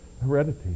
heredity